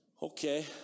Okay